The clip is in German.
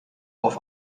auf